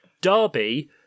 derby